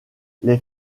les